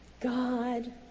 God